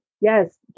Yes